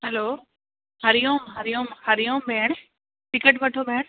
hello Hari Om Hari Om Hari Om भेण ticket वठो भेण